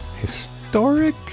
Historic